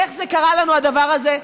איך קרה לנו הדבר הזה?